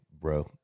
bro